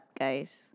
guys